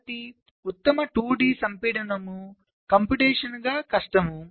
కాబట్టి ఉత్తమ 2 డి సంపీడనం గణనపరంగా కష్టం